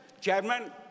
Chairman